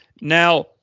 Now